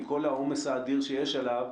עם כל העומס האדיר שיש עליו,